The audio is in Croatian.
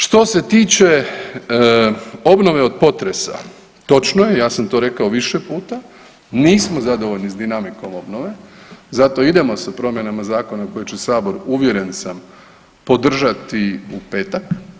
Što se tiče obnove od potresa, točno je, ja sam to rekao više puta, nismo zadovoljni s dinamikom obnove, zato idemo sa promjenama zakona koji će sabor uvjeren sam podržati u petak.